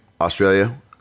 Australia